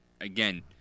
again